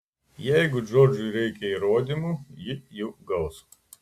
jeigu džordžui reikia įrodymų ji jų gaus